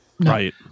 Right